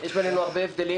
יש בינינו הרבה הבדלים,